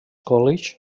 college